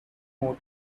more